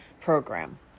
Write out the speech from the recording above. program